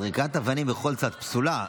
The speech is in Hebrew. זריקת אבנים בכל צד פסולה.